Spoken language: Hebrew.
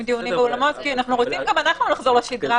דיונים באולמות כי גם אנחנו רוצים לחזור לשגרה